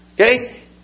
Okay